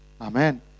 Amen